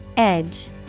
Edge